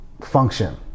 function